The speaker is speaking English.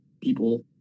people